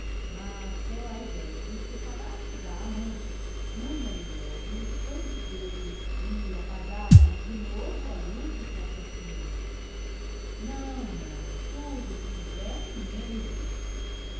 mas só a idéia de separar-se da amante punha lhe logo o sangue doido e apagava se lhe de novo a luz dos raciocínios não não tudo que quisessem menos isso